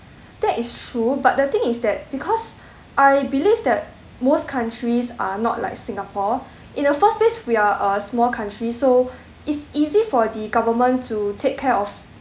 that is true but the thing is that because I believe that most countries are not like singapore in the first place we are a small country so it's easy for the government to take care of